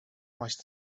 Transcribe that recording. much